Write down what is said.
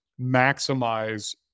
maximize